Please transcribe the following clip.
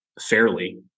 fairly